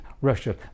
Russia